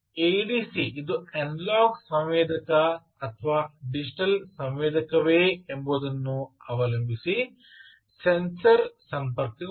ADC ಇದು analogue ಸಂವೇದಕ ಅಥವಾ ಡಿಜಿಟಲ್ ಸಂವೇದಕವೇ ಎಂಬುದನ್ನು ಅವಲಂಬಿಸಿ ಸೆನ್ಸರ್ ಸಂಪರ್ಕಗೊಂಡಿದೆ